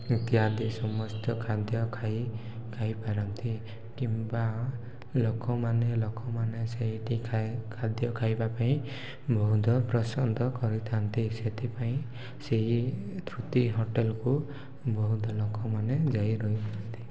ଇତ୍ୟାଦି ସମସ୍ତ ଖାଦ୍ୟ ଖାଇ ଖାଇପାରନ୍ତି କିମ୍ବା ଲୋକମାନେ ଲୋକମାନେ ସେଇଠି ଖା ଖାଦ୍ୟ ଖାଇବା ପାଇଁ ବହୁତ ପସନ୍ଦ କରିଥାନ୍ତି ସେଥିପାଇଁ ସେଇ ତୃପ୍ତି ହୋଟେଲ୍କୁ ବହୁତ ଲୋକମାନେ ଯାଇ ରହିଥାଆନ୍ତି